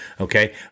Okay